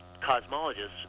cosmologists